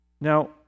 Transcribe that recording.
Now